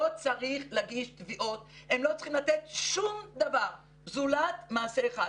הם לא צריכים לתת שום דבר זולת מעשה אחד,